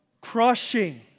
crushing